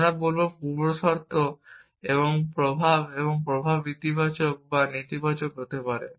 আমরা বলব পূর্বশর্ত এবং প্রভাব এবং প্রভাব ইতিবাচক বা নেতিবাচক হতে পারে